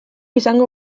izango